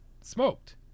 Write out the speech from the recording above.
smoked